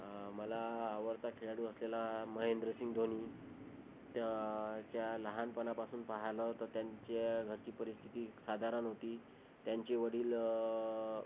मला आवडता खेळाडू असलेला महेंद्रसिंग धोनी त्याच्या लहानपणापासून पाहिलं तर त्यांचे त्यांच्या घरची परिस्थिती साधारण होती त्यांचे वडील